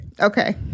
Okay